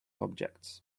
objects